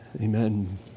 Amen